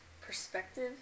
perspective